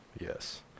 Yes